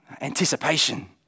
Anticipation